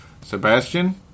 Sebastian